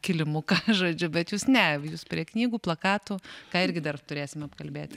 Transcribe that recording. kilimuką žodžiu bet jūs ne jūs prie knygų plakatų ką irgi dar turėsime apkalbėti